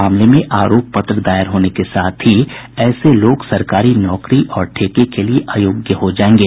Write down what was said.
मामले में आरोप पत्र दायर होने के साथ ही ऐसे लोग सरकारी नौकरी और ठेके के लिए अयोग्य हो जायेंगे